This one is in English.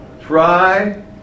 try